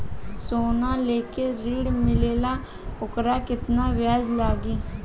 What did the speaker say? सोना लेके ऋण मिलेला वोकर केतना ब्याज लागी?